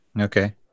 Okay